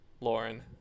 lauren